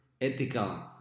ethical